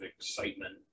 excitement